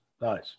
nice